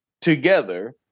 together